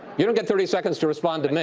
you don't get thirty seconds to respond to me.